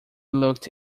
looked